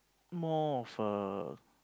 more of a